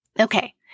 Okay